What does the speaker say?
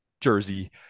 jersey